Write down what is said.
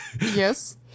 Yes